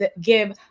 give